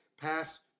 pass